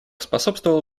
способствовало